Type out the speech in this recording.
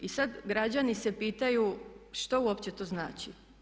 I sad građani se pitaju što uopće to znači?